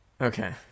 okay